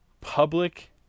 public